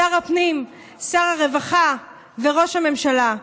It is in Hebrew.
שר הפנים, שר הרווחה וראש הממשלה.